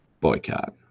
boycott